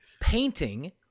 painting